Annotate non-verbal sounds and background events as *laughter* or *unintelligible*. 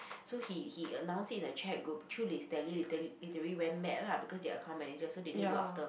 *unintelligible*